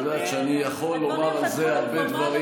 את יודעת שאני יכול לומר על זה הרבה דברים,